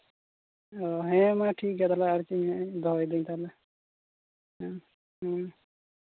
ᱚ ᱦᱮᱸ ᱢᱟ ᱴᱷᱤᱠ ᱜᱮᱭᱟ ᱛᱟᱦᱞᱮ ᱟᱨ ᱪᱮᱫ ᱤᱧ ᱢᱮᱱᱟ ᱫᱚᱦᱚᱭᱮᱫᱟᱹᱧ ᱛᱟᱦᱞᱮ ᱦᱮᱸ ᱦᱮᱸ